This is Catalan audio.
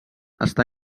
està